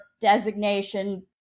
designation